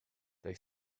they